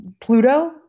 Pluto